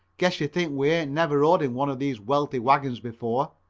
guess you think we ain't never rode in one of these wealthy wagons before.